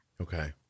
Okay